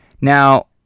Now